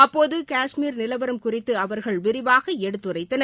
அப்போது காஷ்மீர் நிலவரம் குறித்து அவர்கள் விரிவாக எடுத்துரைத்தனர்